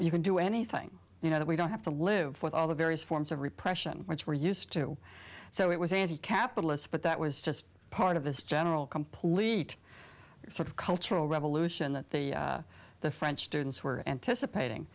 you can do anything you know that we don't have to live with all the various forms of repression which were used to so it was anti capitalist but that was just part of his general complete sort of cultural revolution that the french students were anticipating